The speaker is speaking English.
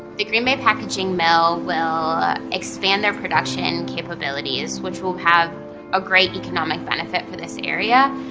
the green bay packing mill will expand our production capabilities, which will have a great economic benefit for this area.